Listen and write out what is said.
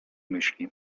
myśli